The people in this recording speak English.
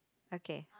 okay